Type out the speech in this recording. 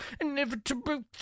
inevitable